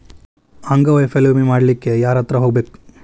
ಅಂಗವೈಫಲ್ಯ ವಿಮೆ ಮಾಡ್ಸ್ಲಿಕ್ಕೆ ಯಾರ್ಹತ್ರ ಹೊಗ್ಬ್ಖು?